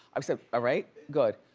i said alright good.